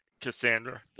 Cassandra